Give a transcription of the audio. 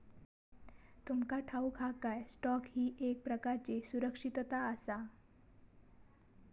तुमका ठाऊक हा काय, स्टॉक ही एक प्रकारची सुरक्षितता आसा?